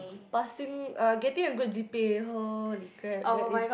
passing uh getting a good G_P_A holy crap that is